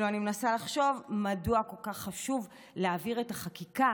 אני מנסה לחשוב מדוע כל כך חשוב להעביר את החקיקה